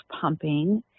pumping